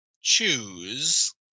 choose